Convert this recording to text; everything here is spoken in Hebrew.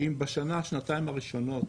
אם בשנה-שנתיים הראשונות